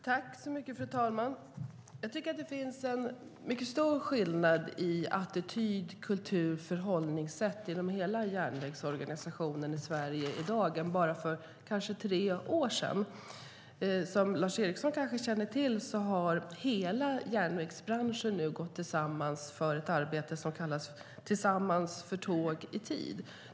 Fru talman! Jag tycker att det finns den mycket stor skillnad i attityd, kultur och förhållningssätt genom hela järnvägsorganisationen i Sverige i dag jämfört med för bara tre år sedan. Som Lars Eriksson kanske känner till har hela järnvägsbranschen nu gått tillsammans för ett arbete som kallas för Tillsammans för tåg i tid.